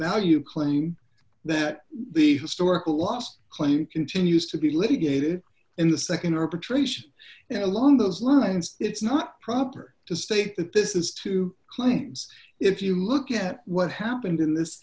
value claim that the historical loss claim continues to be litigated in the nd arbitration along those lines it's not proper to state that this is two claims if you look at what happened in this